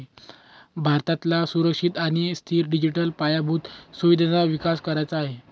भारताला सुरक्षित आणि स्थिर डिजिटल पायाभूत सुविधांचा विकास करायचा आहे